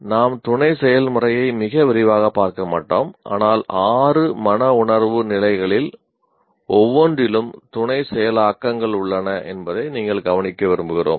நாம் துணை செயல்முறையை மிக விரிவாகப் பார்க்க மாட்டோம் ஆனால் ஆறு மனவுணர்வு நிலைகளில் ஒவ்வொன்றிலும் துணை செயலாக்கங்கள் உள்ளன என்பதை நீங்கள் கவனிக்க விரும்புகிறோம்